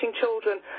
children